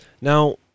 Now